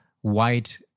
white